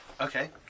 Okay